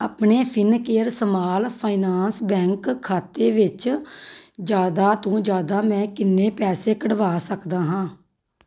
ਆਪਣੇ Fincare Small Finance Bank ਖਾਤੇ ਵਿੱਚ ਜ਼ਿਆਦਾ ਤੋਂ ਜ਼ਿਆਦਾ ਮੈਂ ਕਿੰਨੇ ਪੈਸੇ ਕਢਵਾ ਸਕਦਾ ਹਾਂ